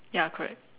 ya correct